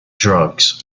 drugs